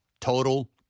total